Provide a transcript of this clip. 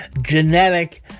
Genetic